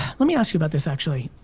let me ask you about this actually.